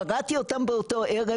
קראתי אותם באותו ערב,